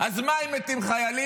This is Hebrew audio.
אז מה אם מתים חיילים?